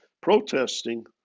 protesting